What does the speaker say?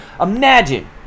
imagine